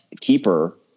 keeper